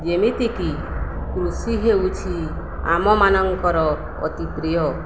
ଯେମିତିକି କୃଷି ହେଉଛି ଆମମାନଙ୍କର ଅତି ପ୍ରିୟ